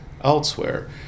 elsewhere